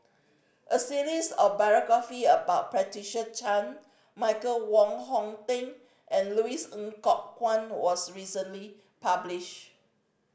a series of biographie about Patricia Chan Michael Wong Hong Teng and Louis Ng Kok Kwang was recently published